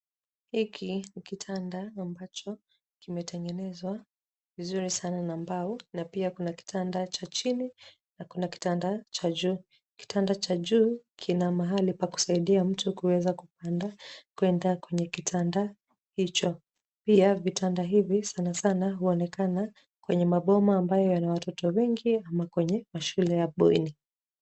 Hiki ni kitanda ambacho kimetegenezwa vizuri sana na mbao na pia kuna kitanda cha chini na kuna kitanda cha juu. Kitanda cha juu kina mahali pa kusaidia mtu kuweza kupanda kwenda kwenye kitanda hicho. Pia vitanda hivi sana sana huonekana kwenye maboma ambao yana watoto wengi ama kwenye mashule ya bweni.